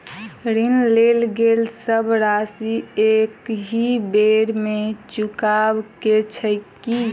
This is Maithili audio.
ऋण लेल गेल सब राशि एकहि बेर मे चुकाबऽ केँ छै की?